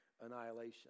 annihilation